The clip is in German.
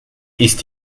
ist